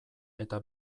eta